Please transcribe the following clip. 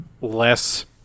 less